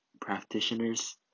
practitioners